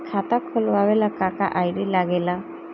खाता खोलवावे ला का का आई.डी लागेला?